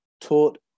taught